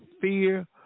fear